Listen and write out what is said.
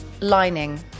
lining